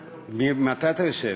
ממתי אתה יושב?